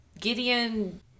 Gideon